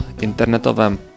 internetovém